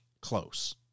close